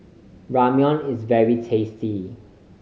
ramyeon is very tasty